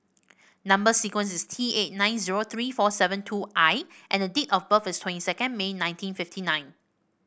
number sequence is T eight nine zero three four seven two I and date of birth is twenty second May nineteen fifty nine